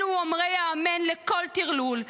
אלו אומרי האמן לכל טרלול,